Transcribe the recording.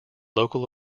local